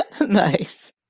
Nice